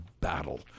battle